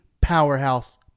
powerhouse